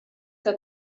que